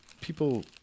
people